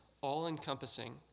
all-encompassing